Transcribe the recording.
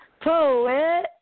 poet